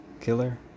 killer